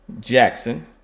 Jackson